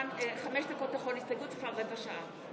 חמש דקות לכל הסתייגות, רבע שעה.